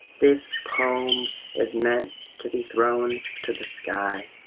this poem is meant to be thrown to the sky.